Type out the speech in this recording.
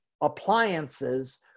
appliances